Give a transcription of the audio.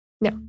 No